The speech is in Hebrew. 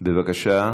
בבקשה,